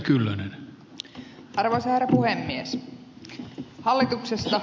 arvoisa herra puhemies